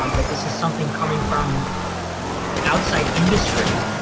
um that this is something coming from outside industry